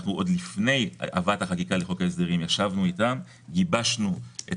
עוד לפני הבאת החקיקה לחוק ההסדרים ישבנו איתם וגיבשנו את